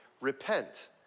repent